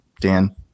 Dan